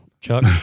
Chuck